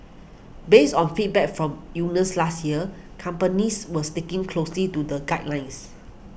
based on feedback from unions last year companies were sticking closely to the guidelines